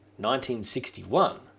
1961